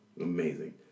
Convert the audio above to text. Amazing